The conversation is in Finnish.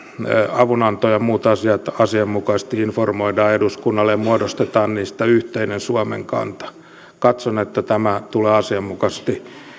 avunanto ja muut asiat asianmukaisesti informoidaan eduskunnalle ja muodostetaan niistä yhteinen suomen kanta katson että tämä tulee asianmukaisesti